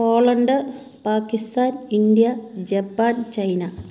Poland Pakistan India Japan China